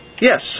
Yes